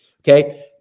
Okay